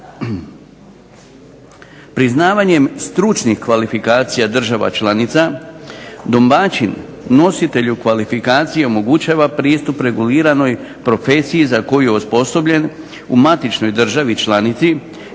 Priznavanjem stručnih kvalifikacija država članica, domaćin nositelju kvalifikacije omogućava pristup reguliranoj profesiji za koju je osposobljen u matičnoj državi članici